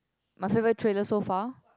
my favourite trailer so far